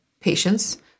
patients